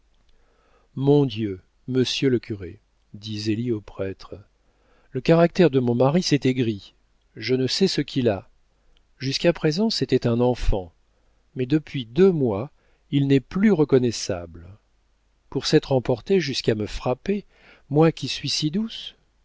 mon dieu monsieur le curé dit zélie au prêtre le caractère de mon mari s'est aigri je ne sais ce qu'il a jusqu'à présent c'était un enfant mais depuis deux mois il n'est plus reconnaissable pour s'être emporté jusqu'à me frapper moi qui suis si douce